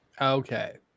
Okay